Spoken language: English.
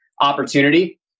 opportunity